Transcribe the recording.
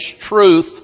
truth